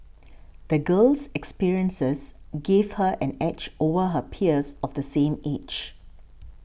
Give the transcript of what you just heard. the girl's experiences gave her an edge over her peers of the same age